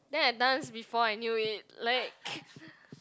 then I dance before I knew it like